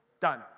done